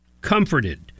comforted